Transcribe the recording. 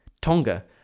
Tonga